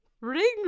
Ring